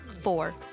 four